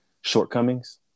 shortcomings